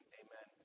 amen